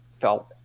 felt